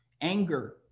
Anger